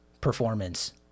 performance